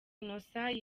innocent